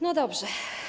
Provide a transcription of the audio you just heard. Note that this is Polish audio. No dobrze.